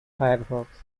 firefox